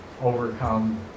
overcome